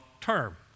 term